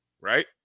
right